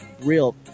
real